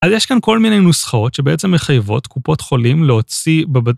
אז יש כאן כל מיני נוסחאות שבעצם מחייבות קופות חולים להוציא בבת...